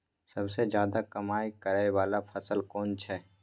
सबसे ज्यादा कमाई करै वाला फसल कोन छै?